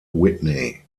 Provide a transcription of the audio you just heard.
whitney